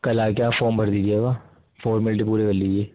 کل آ کے آپ فارم بھر دیجیے گا فارمیلٹی پورے کر لیجیے